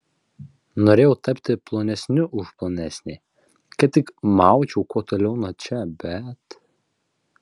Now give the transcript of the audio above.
norėjau tapti plonesniu už plonesnį kad tik maučiau kuo toliau nuo čia bet